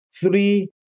three